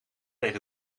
tegen